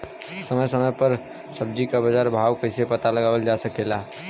समय समय समय पर सब्जी क बाजार भाव कइसे पता लगावल जा सकेला?